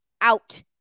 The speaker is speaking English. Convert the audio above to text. out